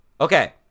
Okay